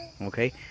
Okay